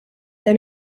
than